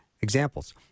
Examples